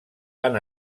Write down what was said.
han